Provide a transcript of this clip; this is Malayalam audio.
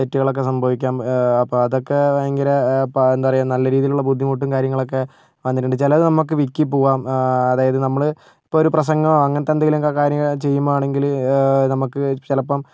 തെറ്റുകളൊക്കെ സംഭവിക്കാം അപ്പം അതൊക്കെ ഭയങ്കര ഇപ്പം എന്താ പറയുക നല്ല രീതിയിലുള്ള ബുദ്ധിമുട്ടും കാര്യങ്ങളൊക്കെ വന്നിട്ടുണ്ട് ചിലത് നമുക്ക് വിക്കി പോവാം അതായത് നമ്മള് ഇപ്പോൾ ഒരു പ്രസംഗമോ അങ്ങനത്തെ എന്തെങ്കിലുക്കെ കാര്യങ്ങള് ചെയ്യുമ്പോഴാണെങ്കില് നമുക്ക് ചിലപ്പം